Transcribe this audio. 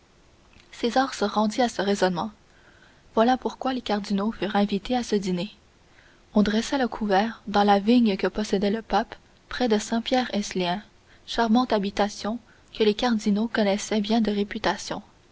deux césar se rendit à ce raisonnement voilà pourquoi les cardinaux furent invités à ce dîner on dressa le couvert dans la vigne que possédait le pape près de saint pierre ès liens charmante habitation que les cardinaux connaissaient bien de réputation